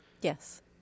Yes